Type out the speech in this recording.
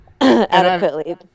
adequately